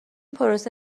پروسه